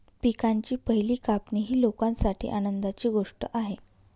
पिकांची पहिली कापणी ही लोकांसाठी आनंदाची गोष्ट आहे